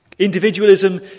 Individualism